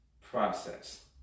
process